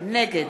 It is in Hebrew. נגד